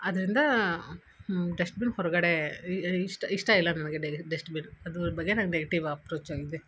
ಆದ್ರಿಂದ ಡಸ್ಟ್ಬಿನ್ ಹೊರಗಡೇ ಇಷ್ಟ ಇಷ್ಟ ಇಲ್ಲ ನನಗೆ ಡಸ್ಟ್ಬಿನ್ ಅದ್ರ ಬಗ್ಗೆ ನನ್ಗೆ ನೆಗೆಟಿವ್ ಅಪ್ರೋಚ್ ಆಗಿದೆ